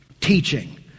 Teaching